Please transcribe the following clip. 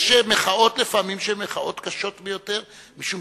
יש לפעמים מחאות שהן מחאות קשות ביותר משום